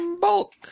Bulk